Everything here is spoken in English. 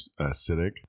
acidic